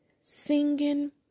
singing